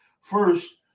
first